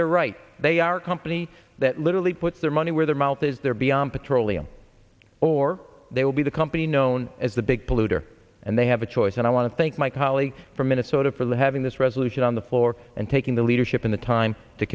they're right they are company that literally puts their money where their mouth is they're beyond petroleum or they will be the company known as the big polluter and they have a choice and i want to thank my colleague from minnesota for the having this resolution on the floor and taking the leadership in the time to